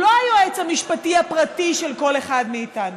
הוא לא היועץ המשפטי הפרטי של כל אחד מאיתנו,